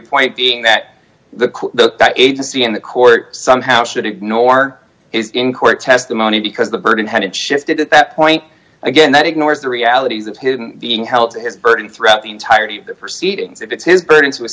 point being that the agency and the court somehow should ignore in court testimony because the burden hadn't shifted at that point again that ignores the realities of hidden being held to his burden throughout the entirety of the proceedings it's his burden